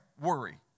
Worry